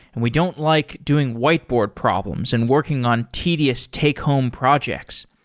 and we don't like doing whiteboard problems and working on tedious take home projects.